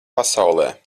pasaulē